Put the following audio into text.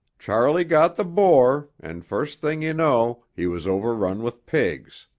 charley got the boar and first thing you know he was overrun with pigs.